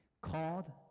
called